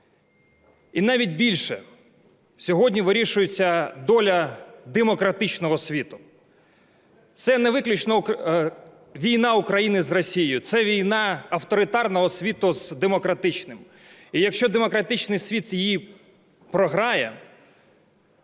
і навіть більше, сьогодні вирішується доля демократичного світу. Це не виключно війна України з Росією, це війна авторитарного світу з демократичним, і якщо демократичний світ її програє,